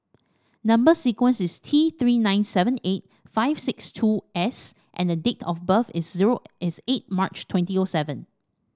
number sequence is T Three nine seven eight five six two S and date of birth is zero is eight March twenty O seven